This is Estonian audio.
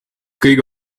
kõige